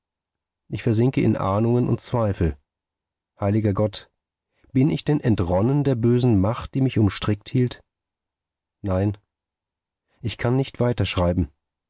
ich versinke in ahnungen und zweifel heiliger gott bin ich denn entronnen der bösen macht die mich umstrickt hielt nein ich kann nicht weiterschreiben